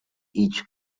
each